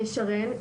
שרן,